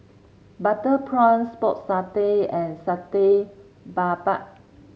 Butter Prawns Pork Satay and Satay Babat